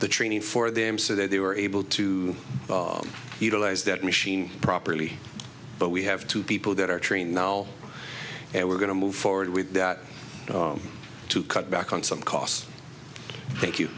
the training for them so that they were able to utilize that machine properly but we have two people that are trained now and we're going to move forward with that to cut back on some cost thank you